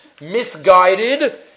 misguided